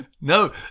No